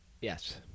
Yes